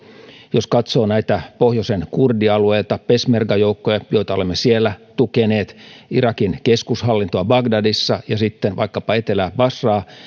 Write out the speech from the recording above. jos katsoo näitä pohjoisen kurdialueita peshmerga joukkoja joita olemme siellä tukeneet irakin keskushallintoa bagdadissa ja sitten vaikkapa etelä basraa